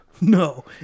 No